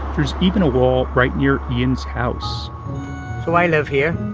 there's even a wall right near ian's house so i live here.